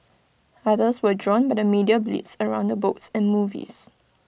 others were drawn by the media blitz around the books and movies